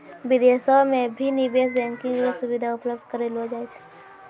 विदेशो म भी निवेश बैंकिंग र सुविधा उपलब्ध करयलो जाय छै